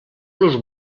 los